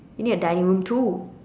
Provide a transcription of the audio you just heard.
you need a dining room too